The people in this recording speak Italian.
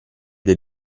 due